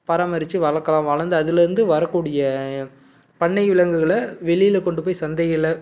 பராமரித்து வளர்க்கலாம் வளர்ந்து அதுலேந்து வரக்கூடிய பண்ணை விலங்குகளை வெளியில் கொண்டு போய் சந்தையில்